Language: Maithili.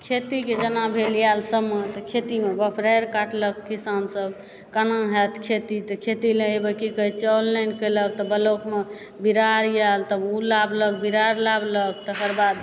खेतीके जेना भेल आयल समान तऽ खेतीमे बपरहैर कटलक किसानसभ केना होयत खेती तऽ खेती लऽ एहिबेर की कहै छै ऑनलाइन केलक तऽ ब्लॉकमे बीरार ऐल तऽ ओ लाबलक तऽ बीरार लाबलक तकर बाद